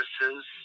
services